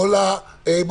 הקניונים,